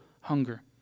hunger